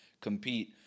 compete